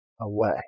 away